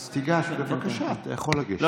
אז תיגש, בבקשה, אתה יכול לגשת.